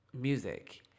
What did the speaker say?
music